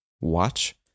watch